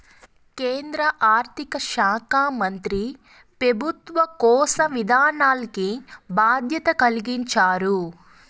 కేంద్ర ఆర్థిక శాకా మంత్రి పెబుత్వ కోశ విధానాల్కి బాధ్యత కలిగించారు